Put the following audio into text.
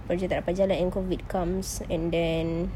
project tak dapat jalan and COVID comes and then